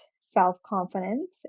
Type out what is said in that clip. self-confidence